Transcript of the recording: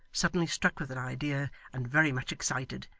suddenly struck with an idea and very much excited.